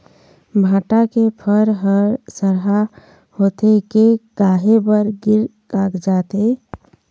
भांटा के फर हर सरहा होथे के काहे बर गिर कागजात हे?